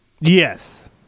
Yes